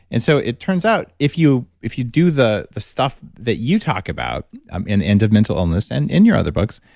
and so it turns out if you if you do the the stuff that you talk about um and end of mental illness and in your other books,